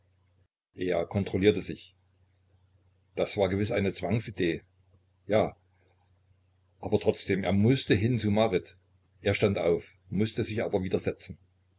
er kontrollierte sich das war gewiß eine zwangsidee ja aber trotzdem er mußte hin zu marit er stand auf mußte sich aber